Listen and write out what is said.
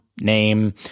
name